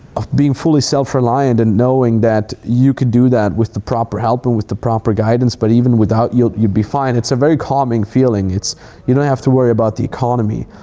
of being fully self-reliant and knowing that you can do that with the proper help and with the proper guidance. but even without, you'll you'll be fine. it's a very calming feeling. it's you don't have to worry about the economy.